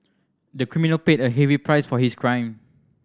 the criminal paid a heavy price for his crime